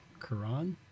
Quran